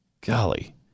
golly